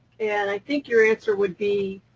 and i think your answer would be,